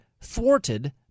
thwarted